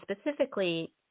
specifically